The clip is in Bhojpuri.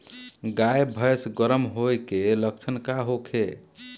गाय भैंस गर्म होय के लक्षण का होखे?